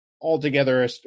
Altogether